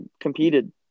competed